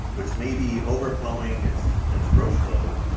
which may be overflowing its, its roche lobe,